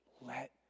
Let